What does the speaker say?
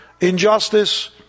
Injustice